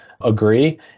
agree